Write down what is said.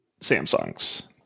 Samsung's